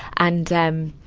and, um.